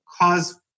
cause